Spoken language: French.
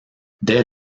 dès